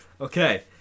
Okay